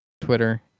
Twitter